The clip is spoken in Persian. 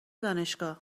دانشگاه